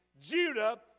Judah